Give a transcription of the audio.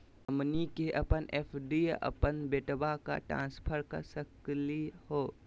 हमनी के अपन एफ.डी अपन बेटवा क ट्रांसफर कर सकली हो?